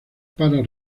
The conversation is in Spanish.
para